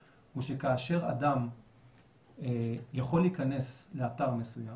הוא שכאשר אדם יכול להיכנס לאתר מסוים,